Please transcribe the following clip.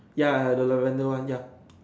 ya ya the Lavender one ya